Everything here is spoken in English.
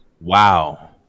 Wow